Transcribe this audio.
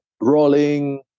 rolling